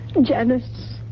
Janice